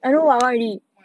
what